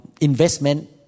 investment